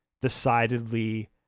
decidedly